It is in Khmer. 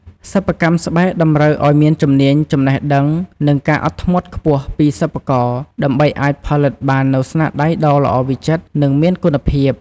សិប្បកម្មស្បែកតម្រូវឲ្យមានជំនាញ ចំណេះដឹង និងការអត់ធ្មត់ខ្ពស់ពីសិប្បករ ដើម្បីអាចផលិតបាននូវស្នាដៃដ៏ល្អវិចិត្រ និងមានគុណភាព។